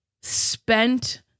spent